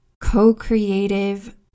co-creative